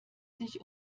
sich